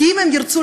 כי אם הם ירצו,